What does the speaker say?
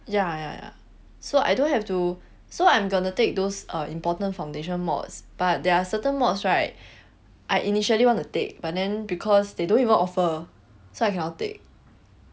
ya ya ya so I don't have to so I'm gonna take those uh important foundation mods but there are certain mods right I initially want to take but then because they don't even offer so I cannot take